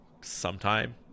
Sometime